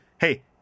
hey